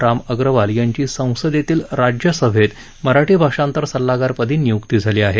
राम अग्रवाल यांची संसदेतील राज्यसभेत मराठी भाषांतर सल्लागार पदी निय्क्ती झाली आहे